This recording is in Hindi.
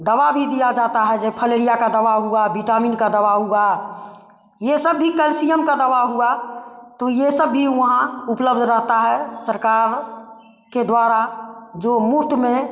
दवा भी दिया जाता है जे फलेरिया का दवा हुआ बिटामिन का दवा हुआ ये सब भी कैल्सियम का दवा हुआ तो ये सब भी वहाँ उपलब्ध रहता है सरकार के द्वारा जो मुफ़्त में